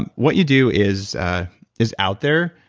and what you do is ah is out there.